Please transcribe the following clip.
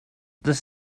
this